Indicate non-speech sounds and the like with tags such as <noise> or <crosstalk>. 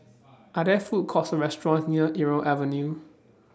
<noise> Are There Food Courts Or restaurants near Irau Avenue